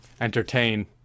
entertain